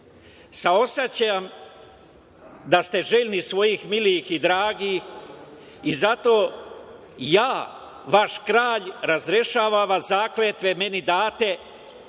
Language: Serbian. Saosećam da ste željni svojih milijih i dragih i zato ja, vaš kralj, razrešavam vas zakletve meni date,